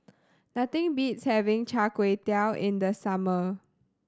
nothing beats having Char Kway Teow in the summer